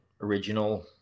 original